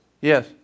Yes